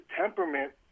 temperament